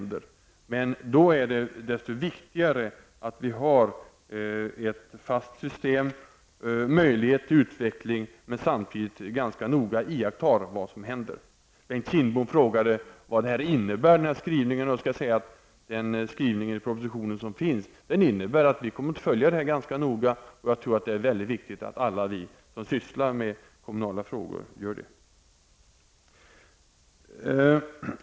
Då är det desto viktigare att vi har ett fast system, med möjlighet till utveckling men att vi samtidigt noga iakttar vad som händer. Bengt Kindbom frågade vad skrivningen i propositionen innebär på den punkten. Jag vill säga att den innebär att vi kommer att följa detta noga och att jag tror att det är väldigt viktigt att alla som sysslar med kommunala frågor är observanta på utvecklingen.